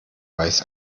weiß